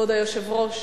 כבוד היושב-ראש,